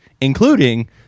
including